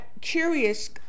curious